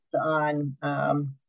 On